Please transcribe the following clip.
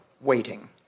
waiting